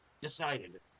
decided